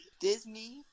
Disney